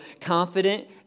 confident